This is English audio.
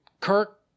Kirk